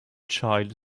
child